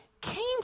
came